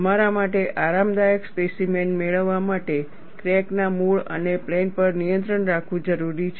તમારા માટે આરામદાયક સ્પેસીમેન મેળવવા માટે ક્રેકના મૂળ અને પ્લેન પર નિયંત્રણ રાખવું જરૂરી છે